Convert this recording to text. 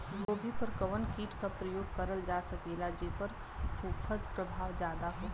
गोभी पर कवन कीट क प्रयोग करल जा सकेला जेपर फूंफद प्रभाव ज्यादा हो?